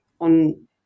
on